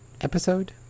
episode